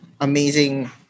amazing